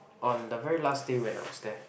on the very last day when I was there